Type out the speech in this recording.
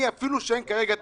אפילו שאין כרגע תקציב,